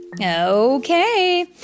Okay